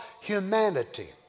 humanity